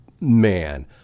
Man